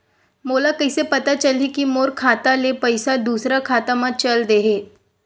मोला कइसे पता चलही कि मोर खाता ले पईसा दूसरा खाता मा चल देहे?